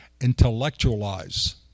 intellectualize